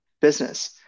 business